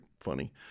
funny